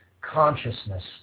consciousness